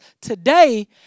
today